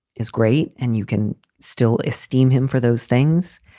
is great. and you can still esteem him for those things.